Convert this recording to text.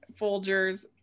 Folgers